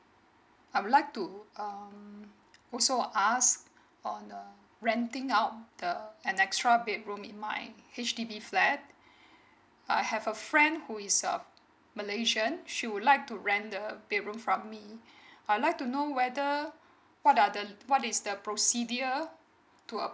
I would like to um also ask on uh renting out the an extra bedroom in my H_D_B flat I have a friend who is a malaysian she would like to rent the bedroom from me I would like to know whether what are the what is the procedure to uh